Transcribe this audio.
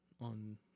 on